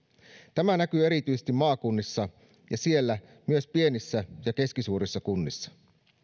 tämä näkyy erityisesti maakunnissa ja siellä myös pienissä ja keskisuurissa kunnissa